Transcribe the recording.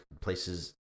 places